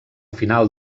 final